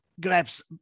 grabs